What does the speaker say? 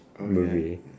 Movie